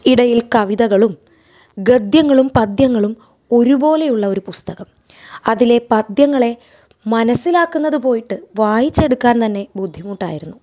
ഇടയിൽ കവിതകളും ഗദ്യങ്ങളും പദ്യങ്ങളും ഒരുപോലെ ഉള്ള ഒരു പുസ്തകം അതിലെ പദ്യങ്ങളെ മനസ്സിലാക്കുന്നത് പോയിട്ട് വായിച്ചെടുക്കാൻ തന്നെ ബുദ്ധിമുട്ടായിരുന്നു